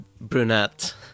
Brunette